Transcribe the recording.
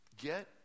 get